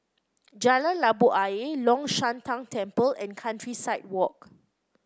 Jalan Labu Ayer Long Shan Tang Temple and Countryside Walk